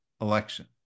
election